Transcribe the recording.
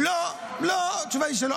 לא, לא, התשובה היא שלא.